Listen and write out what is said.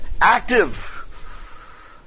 active